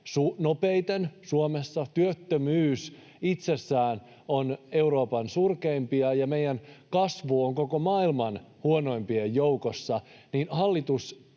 nopeimmin Suomessa, työttömyys itsessään on Euroopan surkeimpia, ja meidän kasvu on koko maailman huonoimpien joukossa, hallitus